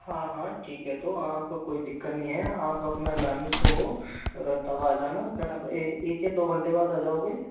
हाँ हाँ ठीक है तो आपको कोई दिक्कत नहीं है आप अपना लंच हो तब आ जाना एक या दो घंटे बाद आ जाओगे